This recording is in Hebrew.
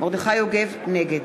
נגד